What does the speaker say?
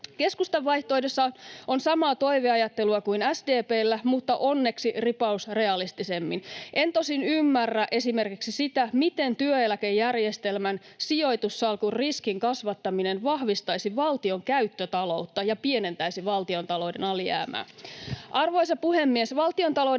Keskustan vaihtoehdossa on samaa toiveajattelua kuin SDP:llä mutta kuitenkin ripaus realistisemmin. En tosin ymmärrä esimerkiksi sitä, miten työeläkejärjestelmän sijoitussalkun riskin kasvattaminen vahvistaisi valtion käyttötaloutta ja pienentäisi valtiontalouden alijäämää. Arvoisa puhemies! Valtiontalouden